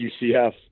UCF